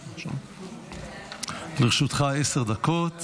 תיקון, נסיבות מחמירות